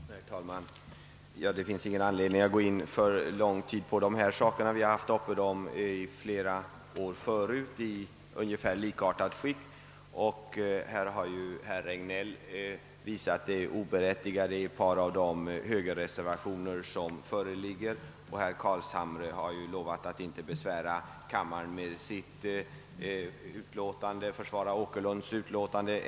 Herr talman! Det finns ingen anledning att alltför länge uppehålla sig vid dessa saker; vi har haft dem uppe i flera år tidigare i ungefär likartat skick. Dessutom har herr Regnéll visat det oberättigade i ett par av de högerreservationer som föreligger, och herr Carlshamre har lovat att inte besvära kammaren än en gång med att försvara herr Åkerlunds uttalande.